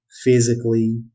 physically